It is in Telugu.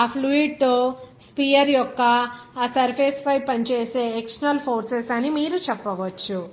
ఆ ఫ్లూయిడ్ తో స్పియర్ యొక్క ఆ సర్ఫేస్ పై పనిచేసే ఎక్స్టర్నల్ ఫోర్స్ అని మీరు చెప్పవచ్చు